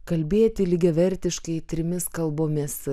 kalbėti lygiavertiškai trimis kalbomis